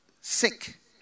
sick